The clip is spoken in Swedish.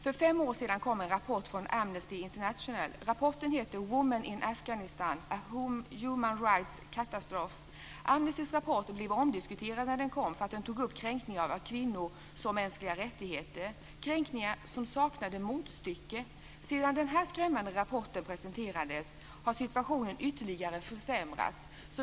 För fem år sedan kom en rapport från Amnesty a human rights catastrophe. Amnestys rapport blev omdiskuterad när den kom för att den tog upp kränkningar av kvinnors mänskliga rättigheter - kränkningar som saknade motstycke. Sedan den här skrämmande rapporten presenterades har situationen ytterligare försämrats.